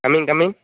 coming coming